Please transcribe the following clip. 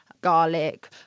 garlic